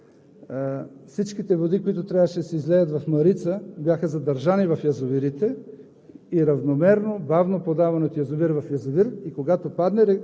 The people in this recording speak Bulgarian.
също един техен успех за каскадите. Всичките води, които трябваше да се излеят в Марица, бяха задържани в язовирите